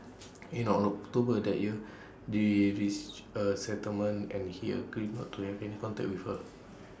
in our October that year they reached A settlement and he agreed not to have any contact with her